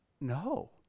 No